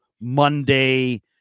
monday